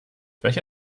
welche